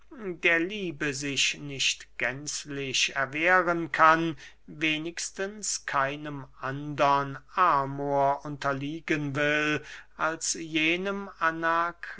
der liebe sich nicht gänzlich erwehren kann wenigstens keinem andern amor unterliegen will als jenem